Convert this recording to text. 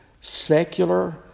secular